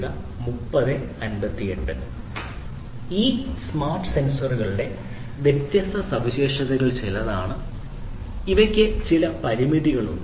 ഇവ സ്മാർട്ട് സെൻസറുകളുടെ വ്യത്യസ്ത സവിശേഷതകളിൽ ചിലതാണ് ഈ സ്മാർട്ട് സെൻസറുകൾക്ക് കടുത്ത പരിമിതികളുണ്ട്